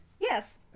Yes